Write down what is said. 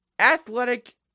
athletic